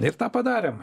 ir tą padarėm